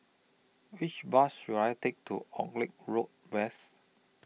Which Bus should I Take to Auckland Road West